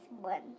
one